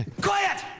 Quiet